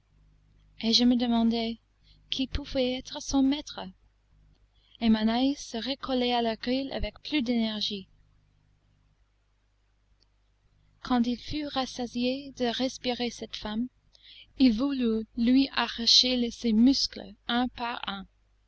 et je me demandais qui pouvait être son maître et mon oeil se recollait à la grille avec plus d'énergie quand il fut rassasié de respirer cette femme il voulut lui arracher ses muscles un par un